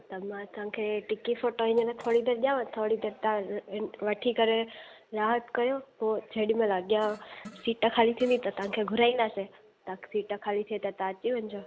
त मां तव्हांखे टिकी फोटोइंजन थोरी देरि ॾियांव थोरी देरि तव्हां वठी करे राहति कयो पोइ जेॾीमहिल अॻियां सीट ख़ाली थींदी त तव्हांखे घुराईंदासे त सीट खाली थिए त तव्हां अची वञिजो